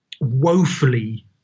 woefully